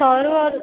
ସରୁ